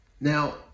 now